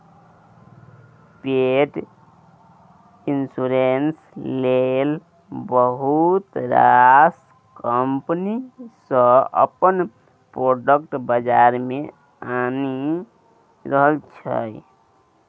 पेट इन्स्योरेन्स लेल बहुत रास कंपनी सब अपन प्रोडक्ट बजार मे आनि रहल छै